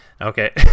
Okay